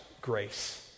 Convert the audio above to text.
grace